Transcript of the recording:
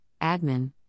admin